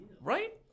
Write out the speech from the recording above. Right